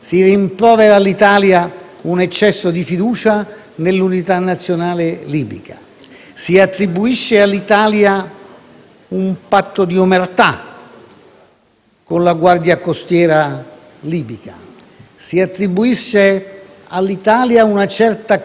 con la Guardia costiera libica; si attribuisce all'Italia una certa complicità in questo orientamento, degno della peggiore UNESCO, nell'aver trasformato questi campi libici in campi di autentica tortura.